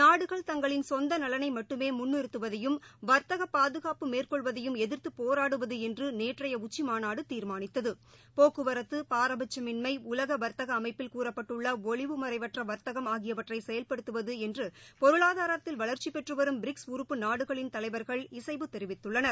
நாடுகள் தங்களின் சொந்தநலனைமட்டுமேமுன்நிறுத்துவதையும் வர்த்தகபாதுகாப்பு மேற்கொள்வதையும் எதிர்த்துபோராடுவதுஎன்றுநேற்றையஉச்சிமாநாடுதீர்மானித்தது போக்குவரத்து பாரபட்சமின்மை உலகவர்த்தகஅமைப்பில் கூறப்பட்டுள்ளஒளிவுமறைவற்றவர்த்தகம் ஆகியவற்றைசெயல்படுத்துவதுஎன்றுபொருளாதாரத்தில் வளா்ச்சிபெற்றுவரும் பிரிக்ஸ் உறுப்பு நாடுகளின் தலைவர்கள் இசைவு தெரிவித்துள்ளனர்